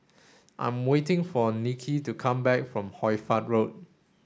I am waiting for Niki to come back from Hoy Fatt Road